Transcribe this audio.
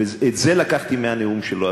ואת זה לקחתי מהנאום שלו,